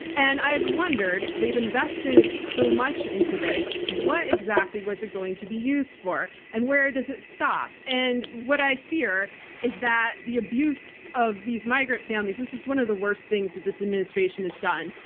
and i've wondered they invested so much into this. what exactly was it going to be used for, and where does it stop? and what i fear is that the abuse of these migrant families-this is one of the worst things that this administration has done,